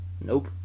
Nope